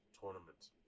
tournament